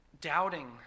doubting